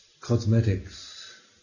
cosmetics